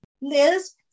Liz